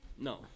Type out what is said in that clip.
No